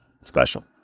special